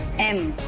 m